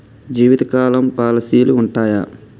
జీవితకాలం పాలసీలు ఉంటయా?